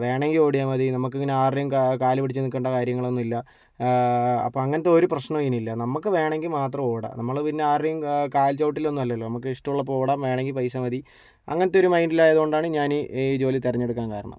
വേണമെങ്കിൽ ഓടിയാൽ മതി നമുക്കങ്ങനെ ആരുടേയും കാൽ പിടിച്ച് നിൽക്കേണ്ട കാര്യങ്ങളൊന്നുമില്ല അപ്പോൾ അങ്ങനത്തെ ഒരു പ്രശ്നവുമിതിനില്ല നമുക്ക് വേണമെങ്കിൽ മാത്രം ഓടാം നമ്മള് പിന്നെ ആരുടേയും കാൽച്ചുവട്ടിലൊന്നുമല്ലല്ലോ നമുക്ക് ഇഷ്ടമുള്ളപ്പോൾ വേണമെങ്കിൽ പൈസ മതി അങ്ങനത്തെ ഒരു മൈൻഡിലായത് കൊണ്ടാണ് ഞാൻ ഈ ജോലി തിരഞ്ഞെടുക്കാൻ കാരണം